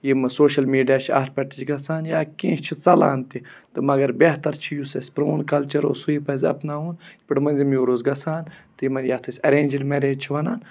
یِمہٕ social media چھِ اَتھ پٮ۪ٹھ تہِ چھِ گژھان یا کینٛہہ چھ ژَلان تہِ تہٕ مگر بہتر چھُ یُس اَسہِ پرٛون کَلچَر اوس سُے پَزِ اَپناوُن یِتھ پٲٹھۍ مٔنٛزِم یور اوس گژھان تہٕ یِمَن یَتھ أسۍ اَرینٛجِڈ میریج چھِ وَنان